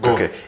Okay